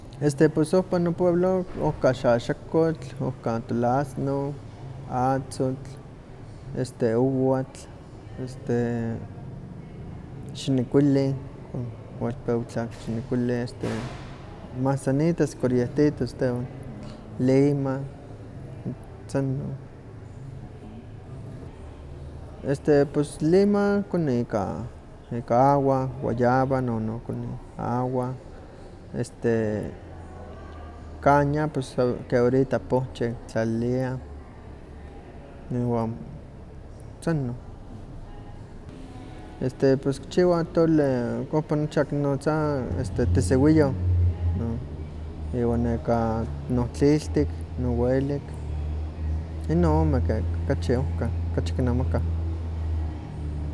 Este pues ohpa nopueblo ohka xaxakotl, ohka tulazno, atzotl, este owatl, este xinekuili, kualpewa tla xinekuili, mazanitas corientitas tehwan, lima, san inon. Este pus lima koni ika ika agua, guayaba nonokonih agua este, kaña pos ke ahorita pohche kitlaliliah, iwan san inon. Este pos kichiwa atole oma nocha kinotza este tisiwiyoh, no, iwa nekah non tliltik no welik, inon ome ke kachi ohka, kachi kinemakah.